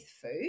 food